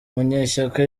munyeshyaka